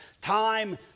Time